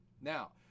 Now